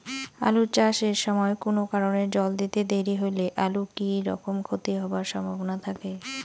আলু চাষ এর সময় কুনো কারণে জল দিতে দেরি হইলে আলুর কি রকম ক্ষতি হবার সম্ভবনা থাকে?